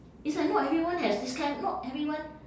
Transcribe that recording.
it's like not everyone has this kind not everyone